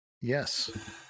Yes